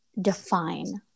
define